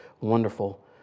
wonderful